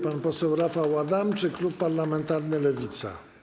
Pan poseł Rafał Adamczyk, klub parlamentarny Lewica.